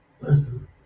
Listen